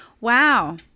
Wow